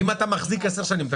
אם אתה מחזיק 10 שנים.